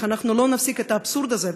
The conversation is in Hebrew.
אם אנחנו לא נפסיק את האבסורד הזה,